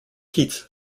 keats